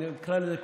נקרא לזה,